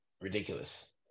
ridiculous